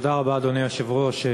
תודה רבה, אדוני היושב-ראש.